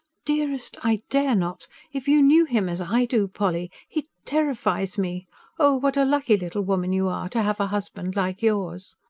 dearest, i dare not. if you knew him as i do, polly. he terrifies me oh, what a lucky little woman you are. to have a husband like yours.